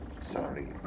Sorry